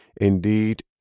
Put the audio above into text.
indeed